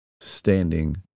standing